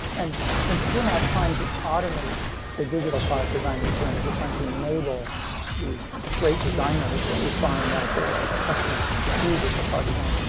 and since we're not trying to automate the digital product design experience, we're trying to enable these great designers that we find out there as our customers to do digital product design.